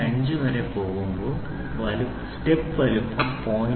5 വരെ പോകുമ്പോൾ സ്റ്റെപ്പ് വലുപ്പം 0